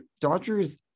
Dodgers